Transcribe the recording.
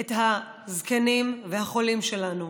את הזקנים והחולים שלנו,